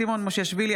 סימון מושיאשוילי,